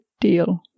deal